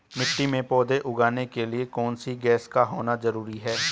मिट्टी में पौधे उगाने के लिए कौन सी गैस का होना जरूरी है?